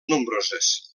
nombroses